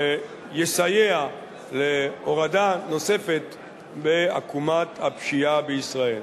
יסייע להורדה נוספת בעקומת הפשיעה בישראל.